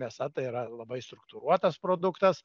mėsa tai yra labai struktūruotas produktas